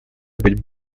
быть